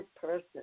person